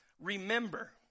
remember